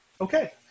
okay